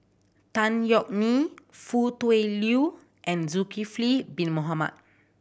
Tan Yeok Nee Foo Tui Liew and Zulkifli Bin Mohamed